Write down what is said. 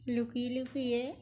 লুকিয়ে লুকিয়ে